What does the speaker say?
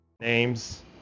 Names